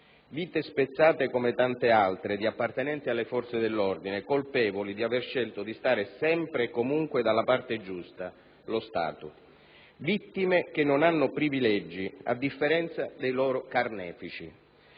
vite spezzate come tante altre di appartenenti alle forze dell'ordine colpevoli di aver scelto di stare sempre e comunque dalla parte giusta, lo Stato, vittime che non hanno privilegi a differenza dei loro carnefici.